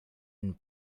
and